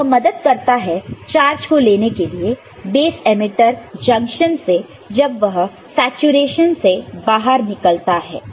तो यह मदद करता है चार्ज को लेने के लिए बेस एमिटर जंक्शन से जब वह सैचूरेशन से बाहर निकलता है